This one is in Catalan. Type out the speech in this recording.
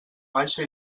baixa